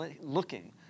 looking